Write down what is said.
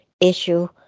issue